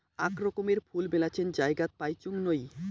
আক রকমের ফুল মেলাছেন জায়গাত পাইচুঙ নাই